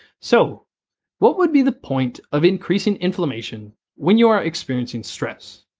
so what would be the point of increasing inflammation when you are experiencing stress?